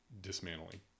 dismantling